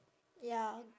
ya